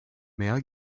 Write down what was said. mehr